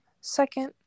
Second